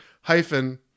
hyphen